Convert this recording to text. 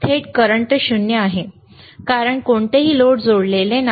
येथे करंट 0 आहे कारण कोणतेही लोड जोडलेले नाही